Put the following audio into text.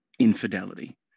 infidelity